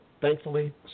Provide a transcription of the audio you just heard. thankfully